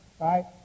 right